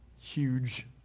huge